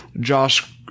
Josh